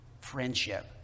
Friendship